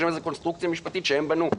יש שם איזו קונסטרוקציה משפטית שהם בנו.